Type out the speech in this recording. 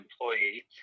employee